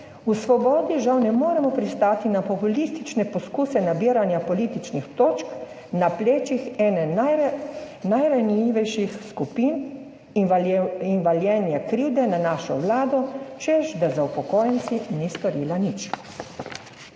v Svobodi žal ne moremo pristati na populistične poskuse nabiranja političnih točk na plečih ene najranljivejših skupin in valjenja krivde na našo Vlado, češ da za upokojence ni storila nič.